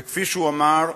וכפי שהוא אמר,